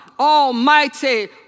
Almighty